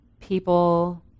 people